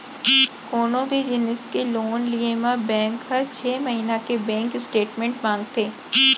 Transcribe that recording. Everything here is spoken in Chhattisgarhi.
कोनों भी जिनिस के लोन लिये म बेंक हर छै महिना के बेंक स्टेटमेंट मांगथे